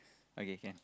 okay can